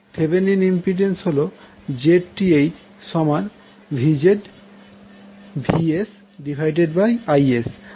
Thevenin impedance হল ZThVsIs